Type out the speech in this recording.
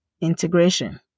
Integration